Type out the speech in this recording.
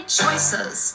choices